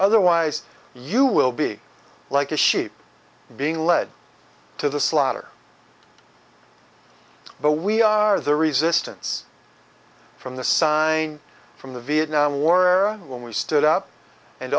otherwise you will be like a sheep being led to the slaughter but we are the resistance from the sign from the vietnam war era when we stood up and